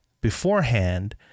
beforehand